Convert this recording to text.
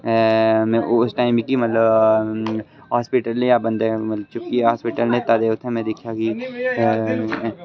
में उस टाइम मिगी मतलब हॉस्पिटल लेआ बंदे मतलब चुक्कियै हॉस्पिटल लेता ते उत्थै में दिक्खेआ कि